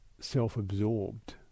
self-absorbed